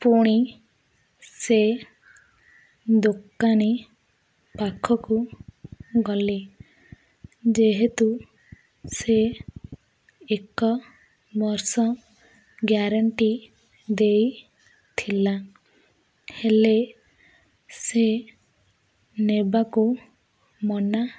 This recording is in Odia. ପୁଣି ସେ ଦୋକାନୀ ପାଖକୁ ଗଲି ଯେହେତୁ ସେ ଏକ ବର୍ଷ ଗ୍ୟାରେଣ୍ଟି ଦେଇଥିଲା ହେଲେ ସେ ନେବାକୁ ମନା